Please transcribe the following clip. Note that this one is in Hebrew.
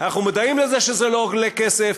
אנחנו מודעים לזה שזה לא עולה כסף,